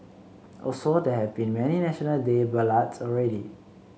also there have been many National Day ballads already